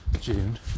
June